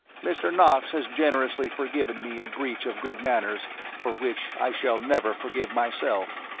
mr. knox has generously forgiven me a breach of good manners for which i shall never forgive myself.